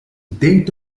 date